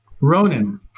Ronan